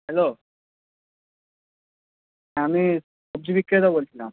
hello হ্যাঁ আমি সবজি বিক্রেতা বলছিলাম